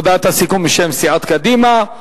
הודעת הסיכום בשם סיעת קדימה.